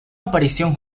aparición